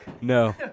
No